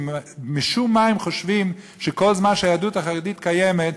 משום מה הם חושבים שכל זמן שהיהדות החרדית קיימת,